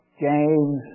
James